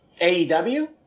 AEW